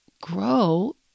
grow